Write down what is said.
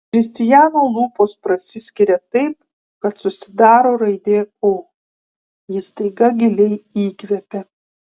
kristijano lūpos prasiskiria taip kad susidaro raidė o jis staiga giliai įkvepia